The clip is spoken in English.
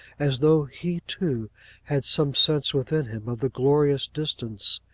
as though he too had some sense within him of the glorious distance